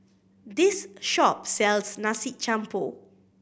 this shop sells Nasi Campur